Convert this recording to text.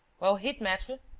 well, hit, maitre!